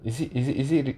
is it is it is it